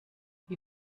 wie